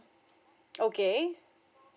okay